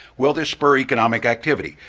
will this spur economic activity.